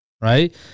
right